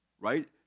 right